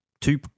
Two